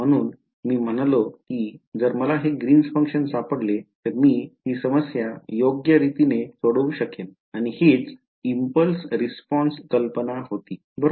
म्हणून मी म्हणालो की जर मला हे ग्रीन फंक्शन सापडले तर मी ही समस्या योग्य रीतीने सोडवू शकेन आणि हीच इम्पल्स रिस्पॉन्स कल्पना होती